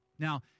Now